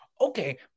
okay